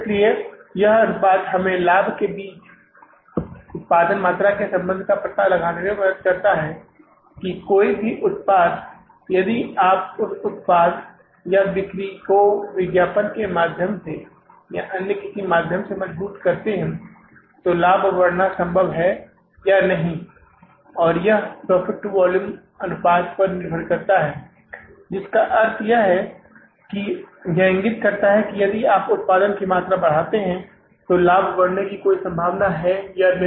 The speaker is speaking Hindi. इसलिए यह अनुपात हमें लाभ के बीच के उत्पादन मात्रा के संबंध का पता लगाने में मदद करता है कि कोई भी उत्पाद यदि आप उस उत्पाद या बिक्री को विज्ञापन के माध्यम से या किसी अन्य माध्यम से मजबूत करते हैं तो लाभ बढ़ाना संभव है या नहीं और यह प्रॉफिट टू वॉल्यूम अनुपात पर निर्भर करता है जिसका अर्थ है कि यह इंगित करता है कि यदि आप उत्पादन की मात्रा बढ़ाते हैं तो लाभ बढ़ने की कोई संभावना है या नहीं